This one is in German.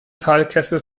talkessel